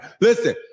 Listen